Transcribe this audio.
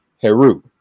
Heru